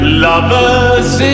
lovers